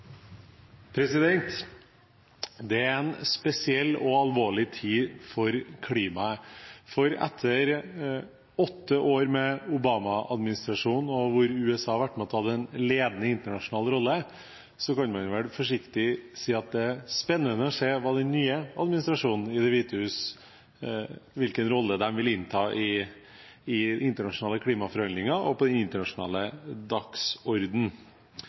opp det forslaget hun refererte til. Det er en spesiell og alvorlig tid for klimaet, for etter åtte år med Obama-administrasjonen, hvor USA har vært med på å ta en ledende internasjonal rolle, kan man vel forsiktig si at det er spennende å se hvilken rolle den nye administrasjonen i Det hvite hus vil innta i internasjonale klimaforhandlinger og på den internasjonale